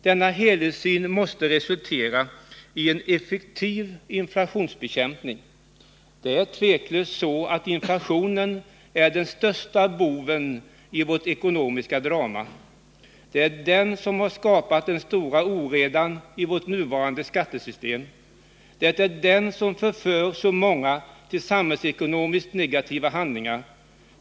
Denna helhetssyn måste resultera i en effektiv inflationsbekämpning. Det är tveklöst så att inflationen är den största boven i vårt ekonomiska drama. Det är den som har skapat den stora oredan i vårt nuvarande skattesystem. Det är den som ”förför” så många till samhällsekonomiskt negativa handlingar.